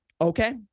okay